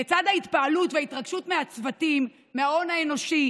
לצד ההתפעלות וההתרגשות מהצוותים, מההון האנושי,